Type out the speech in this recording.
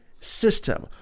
system